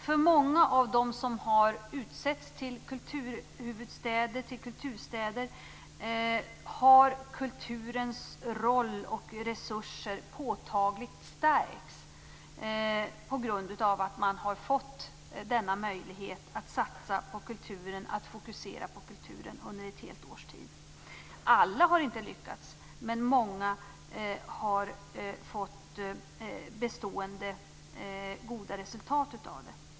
I många av de städer som har utsetts till kulturhuvudstäder har kulturens roll och resurser påtagligt stärkts på grund av denna möjlighet att satsa och fokusera på kulturen under ett helt års tid. Alla har inte lyckats, men många har fått goda och bestående resultat.